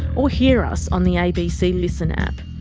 or hear us on the abc listen app.